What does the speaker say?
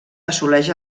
assoleix